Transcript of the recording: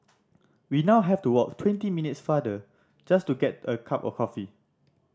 we now have to walk twenty minutes farther just to get a cup of coffee